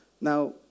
Now